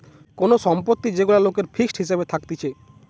কোন সম্পত্তি যেগুলা লোকের ফিক্সড হিসাবে থাকতিছে